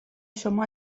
شما